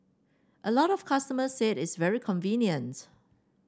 a lot of customers said it's very convenient